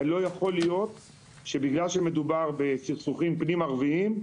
ולא יכול להיות שבגלל שמדובר בסכסוכים פנים חברתיים,